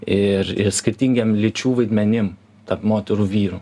ir ir skirtingiem lyčių vaidmenim tarp moterų vyrų